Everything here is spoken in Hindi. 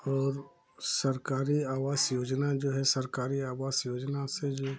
और सरकारी आवास योजना जो है सरकारी आवास योजना से जो